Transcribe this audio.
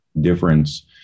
difference